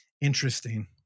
Interesting